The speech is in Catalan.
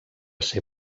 ser